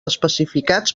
especificats